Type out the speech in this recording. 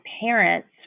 parents